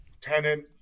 tenant